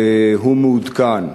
והוא מעודכן.